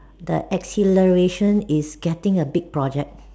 the exhilaration is getting a big project